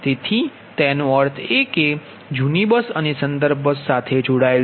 તેથી તેનો અર્થ એ કે જૂની બસ અને સંદર્ભ બસ સાથે જોડાયેલ છે